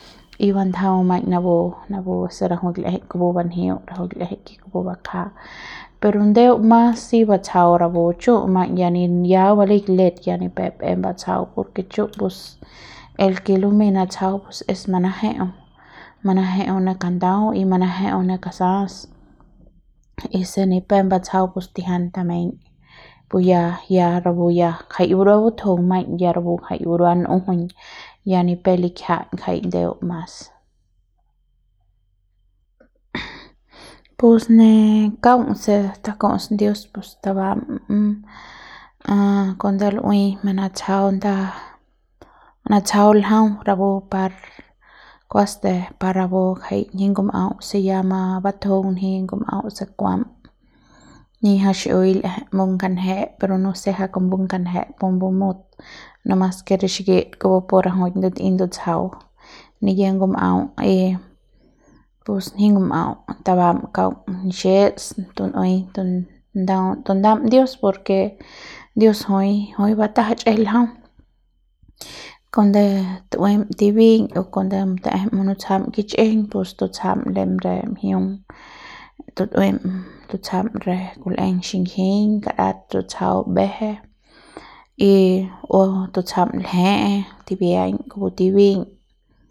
y bandajau maiñ napu napu se l'ejei kupu banjiu rajuik l'ejei ke kupu bakja pero ndeu mas si batsjau rapu chu ya ya baleik let ni pe em batsjau por ke chu pus el ke lumei natsjau es manaje'eu manaje'eu ne kandau y manaje'eu ne kasa'as y si ne pep batsjau pus tijian tameiñ pu ya ya rapu ya ngjai burua butjung maiñ ya rapu ngjai burua n'ujuñ ya ni pep likiaja'at ngjai ndeu mas pus ne kaung se taku'us dios pus tabam a cuando lu'ui manatsjau nda manatsjau ljau rapu par kuasde par rapu ngjai nanji ngum'au se ya mabutjung nji ngum'au se kuam niñja xi'iui l'eje mung kanje pero nose ngja kumbung kanje pumbu mut nomas ke xikit kupu pu ndutei ndutsjau niyie ngum'au y pus nji ngum'au tabam kaung nixets tu'uem ndaun tundaum dios por ke dios jui, jui batajach es ljau kuande tu'uem tibiñ o kuande ta'ejem munutsjam kichjiñ pus tutsjam lem re mjiung tu'uem tutsjam re kul'eng xingjiñ karat butsjau mbeje y o tutsjam lje'e tibiaiñ kupu tibi.